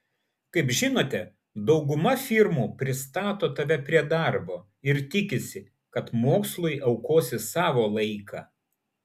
kaip žinote dauguma firmų pristato tave prie darbo ir tikisi kad mokslui aukosi savo laiką